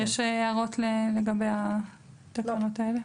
יש הערות לגבי התקנות האלה?